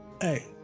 Hey